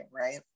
right